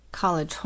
College